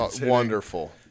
Wonderful